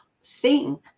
sing